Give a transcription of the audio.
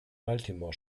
baltimore